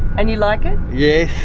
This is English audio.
and you like it? yes.